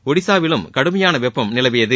ஒடிசாவிலும் கடுமையான வெப்பம் நிலவியது